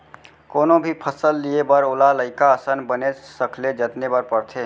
कोनो भी फसल लिये बर ओला लइका असन बनेच सखले जतने बर परथे